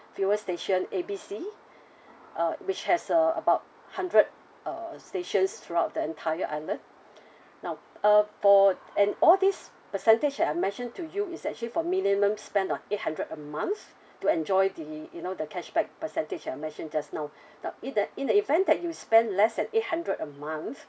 fuel station A B C uh which has uh about hundred uh stations throughout the entire island now uh for and all this percentage that I mentioned to you is actually for minimum spend of eight hundred a month to enjoy the you know the cashback percentage I mentioned just now now in the in the event that you spend less than eight hundred a month